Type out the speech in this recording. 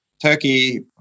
Turkey